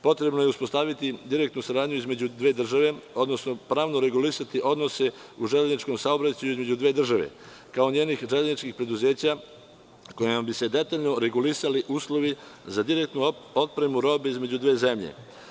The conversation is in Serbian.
Potrebno je uspostaviti direktnu saradnju između dve države odnosno pravno regulisati odnose u železničkom saobraćaju između dve države, kao njenih železničkihpreduzeća kojima bi se detaljno regulisali uslovi za direktnu otpremu robe između dve zemlje.